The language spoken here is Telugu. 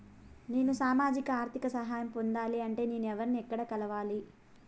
నేను సామాజిక ఆర్థిక సహాయం పొందాలి అంటే నేను ఎవర్ని ఎక్కడ కలవాలి?